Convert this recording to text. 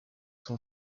son